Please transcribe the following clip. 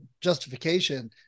justification